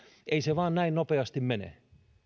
ei se vain näin nopeasti mene